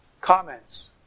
comments